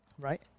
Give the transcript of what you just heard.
Right